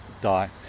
die